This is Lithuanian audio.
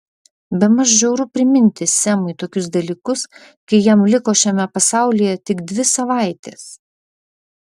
bemaž žiauru priminti semui tokius dalykus kai jam liko šiame pasaulyje tik dvi savaitės